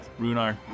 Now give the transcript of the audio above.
Runar